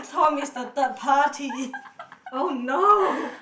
Tom is the third party oh no